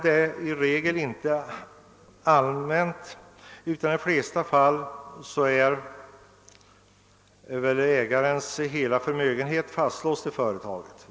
Det vanligaste är emellertid att ägarens hela förmögenhet är fastlåst i företaget.